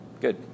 good